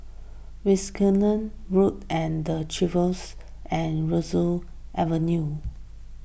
Wilkinson Road the Chevrons and Aroozoo Avenue